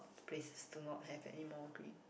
places do not have anymore green